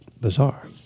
bizarre